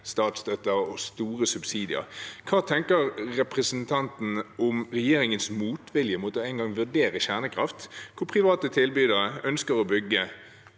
statsstøtte og store subsidier. Hva tenker representanten om regjeringens motvilje mot engang å vurdere kjernekraft, hvor private tilbydere ønsker å bygge